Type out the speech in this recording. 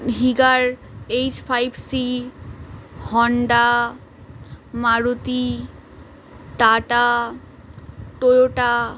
হিগার H five C Honda Maruti Tata Toyota